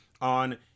on